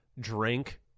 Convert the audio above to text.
drink